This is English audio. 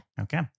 Okay